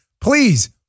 please